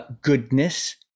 goodness